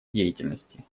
деятельности